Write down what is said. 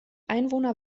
einwohner